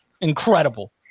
Incredible